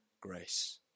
grace